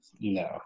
no